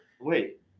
wait